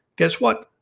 guess what,